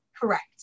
Correct